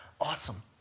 Awesome